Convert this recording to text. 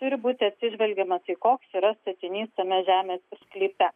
turi būti atsižvelgiama tai koks yra statinys tame žemės sklype